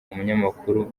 umunyamakuru